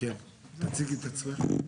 כן תציגי את עצמך.